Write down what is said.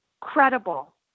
credible